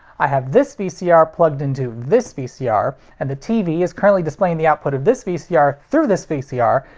i have this vcr plugged into this vcr, and the tv is currently displaying the output of this vcr through this vcr,